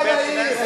תרומה לעיר.